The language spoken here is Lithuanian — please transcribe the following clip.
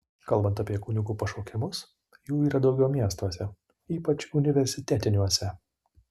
kalbant apie kunigų pašaukimus jų yra daugiau miestuose ypač universitetiniuose